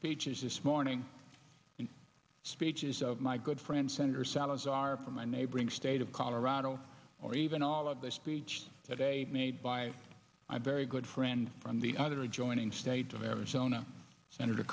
speeches this morning in speeches of my good friend senator salazar from my neighboring state of colorado or even all of the speech today made by i'm very good friends from the other adjoining state of arizona senator